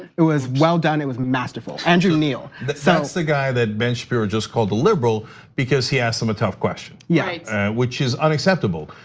it was well done, it was masterful. andrew neil. that's that's the guy that ben shapiro just called a liberal because he asked him a tough question. yeah which is unacceptable.